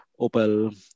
Opel